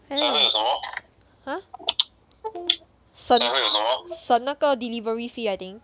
!huh! 省省那个 delivery fee I think